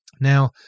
Now